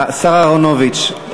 השר אהרונוביץ,